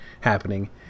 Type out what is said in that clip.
happening